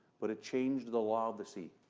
but it changed the law of the sea.